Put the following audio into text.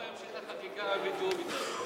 הוא ימשיך את החקיקה בתיאום אתי.